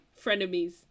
frenemies